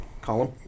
column